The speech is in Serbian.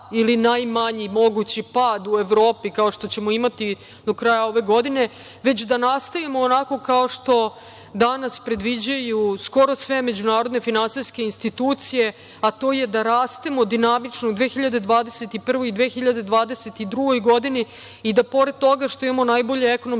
ili najmanji mogući pad u Evropi, kao što ćemo imati do kraja ove godine, već da nastavimo onako kao što danas predviđaju skoro sve međunarodne finansijske institucije, a to je da rastemo dinamično u 2021. i 2022. godini i da pored toga što imamo najbolje ekonomske